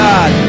God